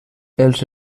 els